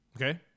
Okay